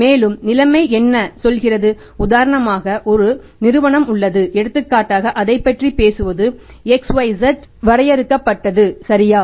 மேலும் நிலைமை என்ன சொல்கிறது உதாரணமாக ஒரு நிறுவனம் உள்ளது எடுத்துக்காட்டாக அதைப் பற்றி பேசுவது xyz வரையறுக்கப்பட்டது சரியா